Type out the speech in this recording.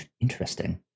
Interesting